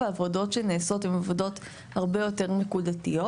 העבודות שנעשות הן עבודות הרבה יותר נקודתיות,